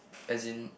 as in